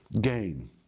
gain